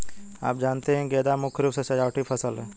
आप जानते ही है गेंदा मुख्य रूप से सजावटी फसल है